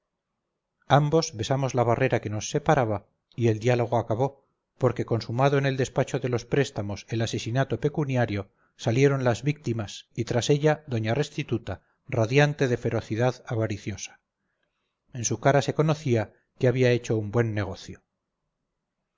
ambos besamos la barrera que nos separaba y el diálogo acabó porque consumado en el despacho de los préstamos el asesinato pecuniario salieron las víctimas y tras ellas doña restituta radiante de ferocidad avariciosa en su cara se conocía que había hecho un buen negocio